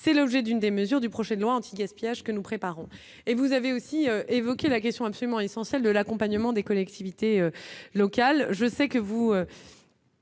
c'est l'objet d'une des mesures du projet de loi anti-gaspillage que nous préparons et vous avez aussi évoqué la question absolument essentielle de l'accompagnement des collectivités locales,